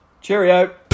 Cheerio